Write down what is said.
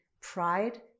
pride